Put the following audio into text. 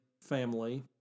family